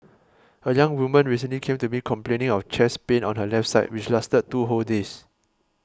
a young woman recently came to me complaining of chest pain on her left side which lasted two whole days